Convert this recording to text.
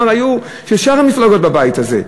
השאר היו של שאר המפלגות בבית הזה,